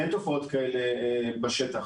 אין תופעות כאלה בשטח.